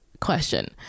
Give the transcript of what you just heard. question